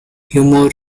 humor